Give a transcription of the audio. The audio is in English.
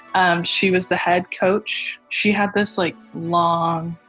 um she was the head coach she had this like long,